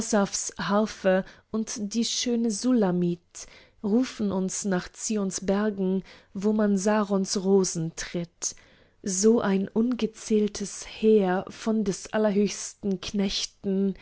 harfe und die schöne sulamith rufen uns nach zions bergen wo man sarons rosen tritt so ein ungezähltes heer von des allerhöchsten knechten